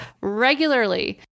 regularly